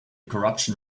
corruption